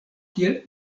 kiel